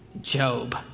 Job